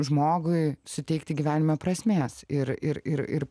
žmogui suteikti gyvenime prasmės ir ir ir ir